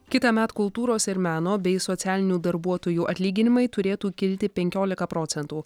kitąmet kultūros ir meno bei socialinių darbuotojų atlyginimai turėtų kilti penkiolika procentų